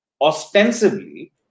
ostensibly